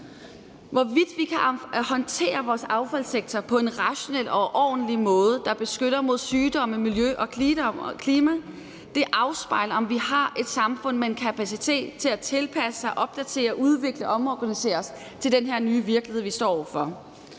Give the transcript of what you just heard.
Hvorvidt vi kan håndtere vores affaldssektor på en rationel og ordentlig måde, der beskytter mod sygdomme og beskytter miljø og klima, afspejler, om vi har et samfund med en kapacitet til at tilpasse os, opdatere, udvikle og omorganisere os til den nye virkelighed, vi står over for.